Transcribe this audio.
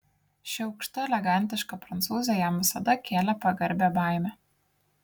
ši aukšta elegantiška prancūzė jam visada kėlė pagarbią baimę